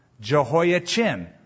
Jehoiachin